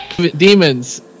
demons